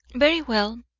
very well,